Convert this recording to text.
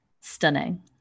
stunning